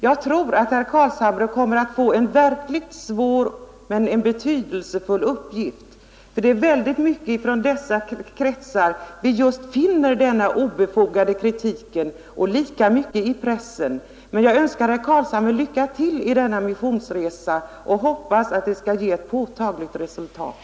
Jag tror att herr Carlshamre kommer att få en verkligt svår men betydelsefull uppgift. Det är nämligen hos just dessa kretsar vi finner denna obefogade kritik liksom i pressen, men jag önskar herr Carlshamre lycka till i denna missionsresa och hoppas att den skall ge ett påtagligt resultat.